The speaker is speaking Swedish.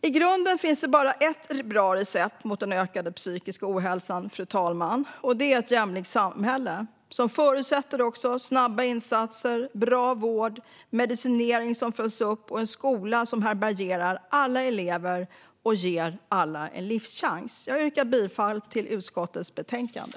I grunden finns bara ett bra recept mot den ökande psykiska ohälsan, fru talman, och det är ett jämlikt samhälle som förutsätter snabba insatser, bra vård, medicinering som följs upp och en skola som härbärgerar alla elever och ger alla en livschans. Jag yrkar bifall till utskottets förslag.